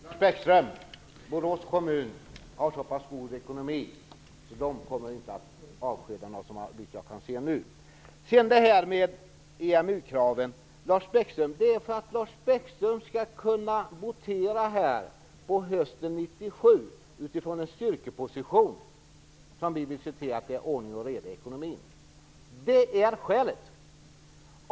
Fru talman! Lars Bäckström, Borås kommun har så pass god ekonomi att den inte kommer att avskeda några såvitt jag nu kan se. Beträffande EMU-kraven vill jag säga att det är för att Lars Bäckström utifrån en styrkeposition skall kunna votera här på hösten 1997 som vi vill se till att det är ordning och reda i ekonomin. Det är skälet.